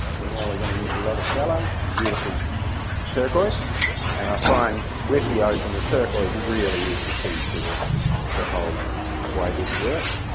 we know we're going to use a lot of phthalo, a beautiful turquoise, yep. and i find with the ocean the turquoise really is the key to the the whole way this works.